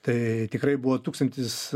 tai tikrai buvo tūkstantis